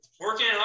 Working